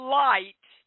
light